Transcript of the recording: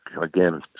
again